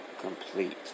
complete